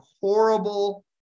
horrible